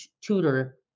tutor